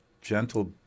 gentle